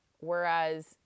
Whereas